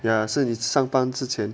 ya 是你上班之前